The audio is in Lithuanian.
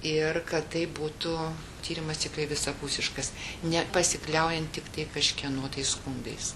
ir kad tai būtų tyrimas tikrai visapusiškas nepasikliaujant tiktai kažkieno tai skundais